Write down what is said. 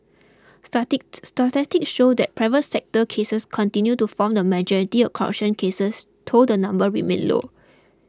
started statistics showed that private sector cases continued to form the majority of corruption cases though the number remained low